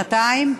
שנתיים.